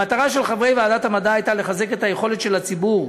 המטרה של חברי ועדת המדע הייתה לחזק את היכולת של הציבור,